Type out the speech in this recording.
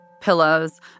pillows